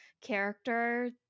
character